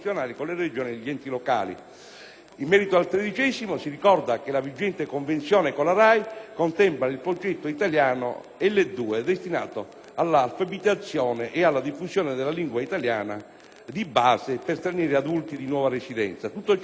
In merito, poi, al tredicesimo punto, si ricorda che la vigente convenzione con la RAI contempla il progetto Italiano «L2», destinato all'alfabetizzazione e alla diffusione della lingua italiana di base per stranieri adulti di nuova residenza